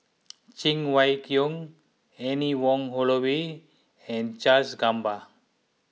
Cheng Wai Keung Anne Wong Holloway and Charles Gamba